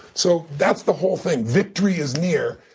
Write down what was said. so that's the whole thing. victory is near,